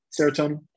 serotonin